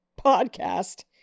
podcast